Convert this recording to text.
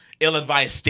ill-advised